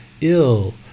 ill